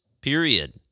period